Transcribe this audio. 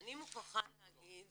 אני מוכרחה להגיד